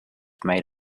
made